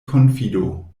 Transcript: konfido